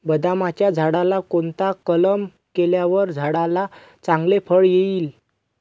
बदामाच्या झाडाला कोणता कलम केल्यावर झाडाला चांगले फळ येईल?